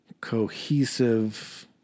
cohesive